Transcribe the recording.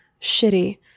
shitty